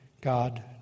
God